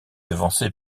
devancée